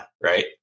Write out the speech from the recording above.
right